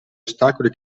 ostacoli